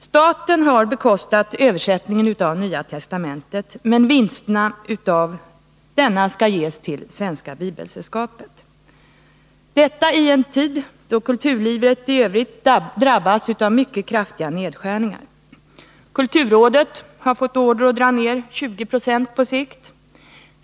Staten har bekostat översättningen av Nya testamentet, men vinsterna av denna översättning skall ges till Svenska bibelsällskapet, detta i en tid då kulturlivet i övrigt drabbas av mycket kraftiga nerskärningar. Kulturrådet har fått order att på sikt dra ner sina utgifter med 20 96.